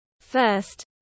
First